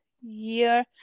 year